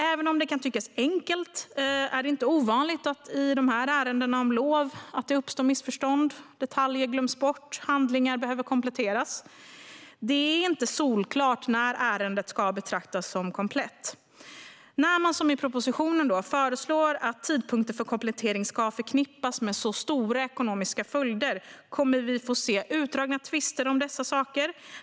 Även om det kan tyckas enkelt är det inte ovanligt att det i ärenden om lov uppstår missförstånd, att detaljer glöms bort och att handlingar behöver kompletteras. Det är inte solklart när ärendet ska betraktas som komplett. Eftersom propositionen föreslår att tidpunkten för komplettering ska få stora ekonomiska följder kommer vi att få se utdragna tvister om dessa saker.